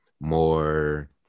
more